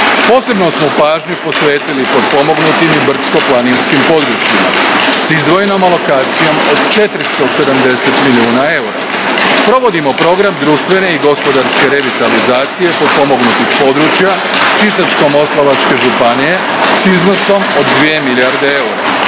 Posebnu smo pažnju posvetili potpomognutim i brdsko-planinskim područjima s izdvojenom alokacijom od 470 milijuna eura. Provodimo Program društvene i gospodarske revitalizacije potpomognutih područja Sisačko-moslavačke županije s iznosom od 2 milijarde eura.